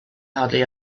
hardly